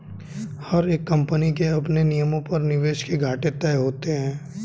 हर एक कम्पनी के अपने नियमों पर निवेश के घाटे तय होते हैं